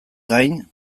gain